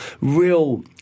real